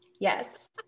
Yes